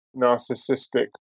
narcissistic